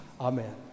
Amen